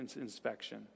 inspection